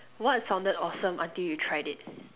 what sounded awesome until you tried it